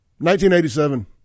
1987